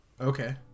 Okay